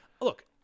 look